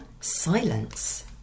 silence